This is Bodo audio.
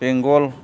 बेंगल